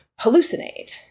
hallucinate